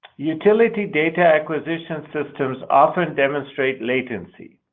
utility data acquisition systems often demonstrate latency.